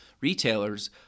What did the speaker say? retailers